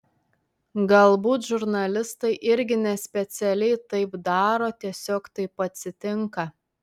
galbūt žurnalistai irgi nespecialiai taip daro tiesiog taip atsitinka